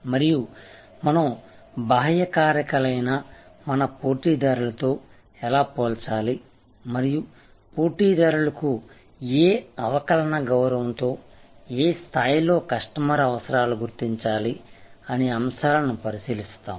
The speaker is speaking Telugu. మరియు మనం బాహ్య కారకాలైనా మన పోటీదారులతో ఎలా పోల్చాలి మరియు పోటీదారులకు ఏ అవకలన గౌరవంతో ఏ స్థాయిలో కస్టమర్ అవసరాలు గుర్తించాలి అనే అంశాలను పరిశీలిస్తాము